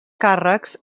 càrrecs